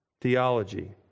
theology